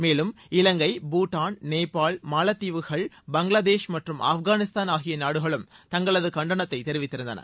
மேலும் இவங்கை பூட்டான் நேபாள் மாலத்தீவுகள் பங்களாதேஷ் மற்றும் ஆப்கானிஸ்தான் ஆகிய நாடுகளும் தங்களது கண்டனத்தை தெரிவித்திருந்தன